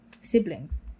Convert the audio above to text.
siblings